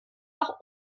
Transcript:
auch